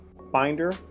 binder